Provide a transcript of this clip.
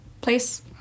place